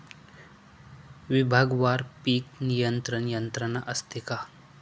विभागवार पीक नियंत्रण यंत्रणा असते का?